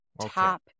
top